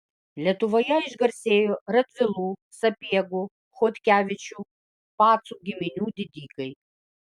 lietuvoje išgarsėjo radvilų sapiegų chodkevičių pacų giminių didikai